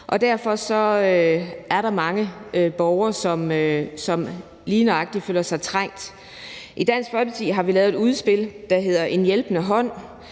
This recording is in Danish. derfor er der mange borgere, som lige nøjagtig føler sig trængt. I Dansk Folkeparti har vi lavet et udspil, der hedder »En hjælpende hånd«,